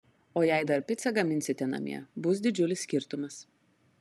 o jei dar picą gaminsite namie bus didžiulis skirtumas